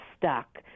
stuck